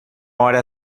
hora